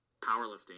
powerlifting